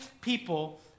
people